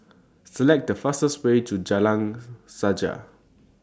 Select The fastest Way to Jalan Sajak